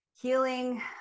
healing